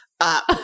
up